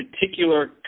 particular